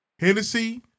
Hennessy